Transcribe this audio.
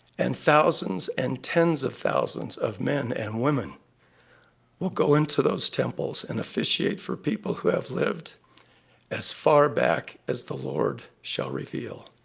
and thousands and tens of thousands of men and women will go into those temples and officiate for people who have lived as far back as the lord shall reveal.